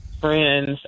friends